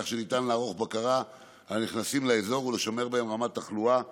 כך שניתן לערוך בקרה לנכנסים לאזור ולשמר בהם רמת תחלואה נמוכה.